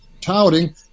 touting